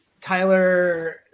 Tyler